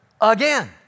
again